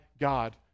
God